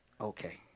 okay